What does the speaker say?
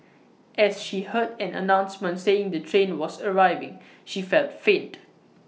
as she heard an announcement saying the train was arriving she felt faint